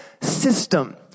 system